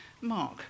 Mark